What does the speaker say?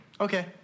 okay